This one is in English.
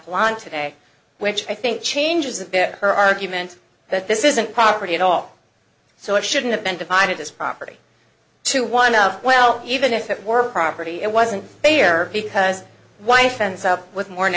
t today which i think changes the better argument that this isn't property at all so it shouldn't have been divided as property to one of well even if it were property it wasn't fair because wife ends up with more